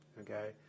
okay